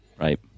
Right